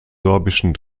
sorbischen